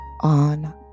on